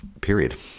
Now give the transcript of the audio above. period